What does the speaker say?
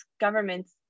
governments